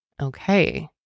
Okay